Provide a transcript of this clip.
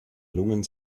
lungen